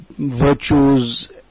virtues